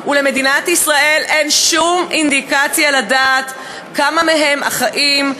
ולמדינת ישראל אין שום אינדיקציה לדעת כמה מהם אחאים,